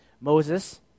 Moses